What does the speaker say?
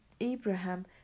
Abraham